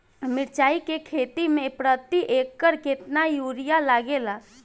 मिरचाई के खेती मे प्रति एकड़ केतना यूरिया लागे ला?